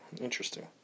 Interesting